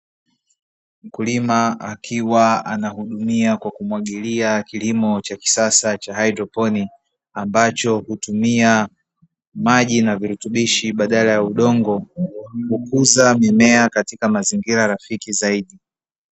Mkulima akiwa anahudumia kwa kumwagilia kilimo cha kisasa cha haidroponi ambacho hutumia maji na virutubisho badala ya udongo, kukuza mimea katika mazingira rafiki zaidi.